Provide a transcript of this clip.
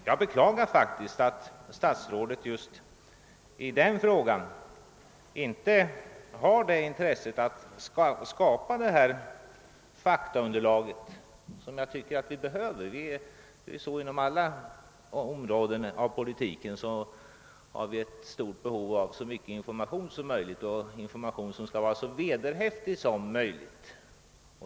Jag beklagar faktiskt att statsrådet just i denna fråga inte har intresse av att skapa det här faktaunderlaget. Inom alla områden av politiken har vi ett stort behov av så mycket information som möjligt, en information som skall vara så vederhäftig som möjligt.